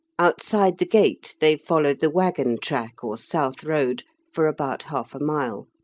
outside the gate they followed the waggon track, or south road, for about half a mile.